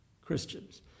Christians